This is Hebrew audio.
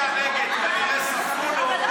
ראשונה.